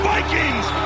Vikings